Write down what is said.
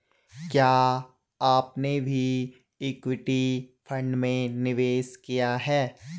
क्या आपने भी इक्विटी फ़ंड में निवेश किया है?